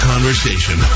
conversation